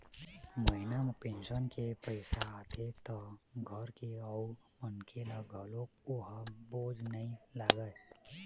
महिना म पेंशन के पइसा आथे त घर के अउ मनखे ल घलोक ओ ह बोझ नइ लागय